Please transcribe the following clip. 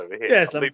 yes